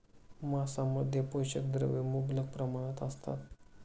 मांसामध्ये पोषक द्रव्ये मुबलक प्रमाणात असतात